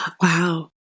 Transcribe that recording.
Wow